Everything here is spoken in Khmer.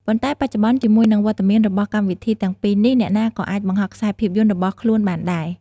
ប៉ុន្តែបច្ចុប្បន្ន ជាមួយនឹងវត្តមានរបស់កម្មវិធីទាំងពីរនេះ អ្នកណាក៏អាចបង្ហោះខ្សែភាពយន្តរបស់ខ្លួនបានដែរ។